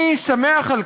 שוב אני מדגיש,